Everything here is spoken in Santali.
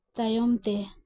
ᱛᱟᱭᱚᱢ ᱛᱮ